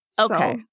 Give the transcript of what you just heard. Okay